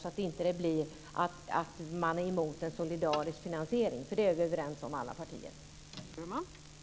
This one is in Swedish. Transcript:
Det får inte låta som om vi är emot en solidarisk finansiering, för det är alla partier överens om.